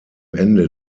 ende